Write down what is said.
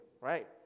right